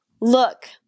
look